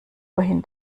wohin